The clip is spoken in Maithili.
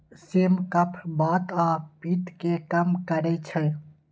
सिम कफ, बात आ पित्त कें कम करै छै